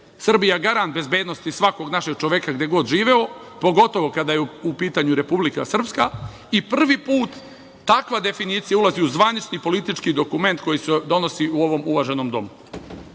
Srbija garant bezbednosti svakog našeg čoveka, gde god živeo, pogotovo kada je u pitanju Republika Srpska i prvi put takva definicija ulazi u zvanični politički dokument koji se donosi u ovom uvaženom